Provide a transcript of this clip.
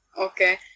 Okay